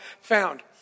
found